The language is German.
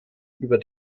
über